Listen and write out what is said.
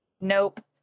Nope